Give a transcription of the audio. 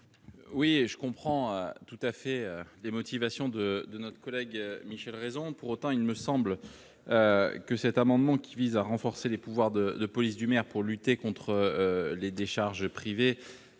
Oui, et je comprends tout à fait les motivations de de notre collègue Michel Raison, pour autant il me semble que cet amendement qui vise à renforcer les pouvoirs de de police du maire pour lutter contre les décharges privées